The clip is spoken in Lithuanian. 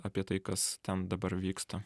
apie tai kas ten dabar vyksta